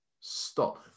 stop